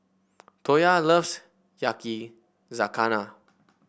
Toya loves Yakizakana